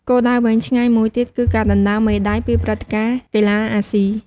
គោលដៅវែងឆ្ងាយមួយទៀតគឺការដណ្ដើមមេដាយពីព្រឹត្តិការណ៍កីឡាអាស៊ី។